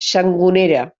sangonera